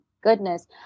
goodness